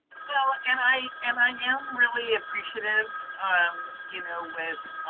well and i and i am really appreciative um you know with